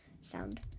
sound